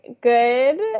good